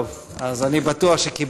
טוב, אז אני בטוח שקיבלת.